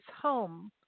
home